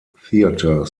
theatre